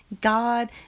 God